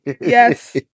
yes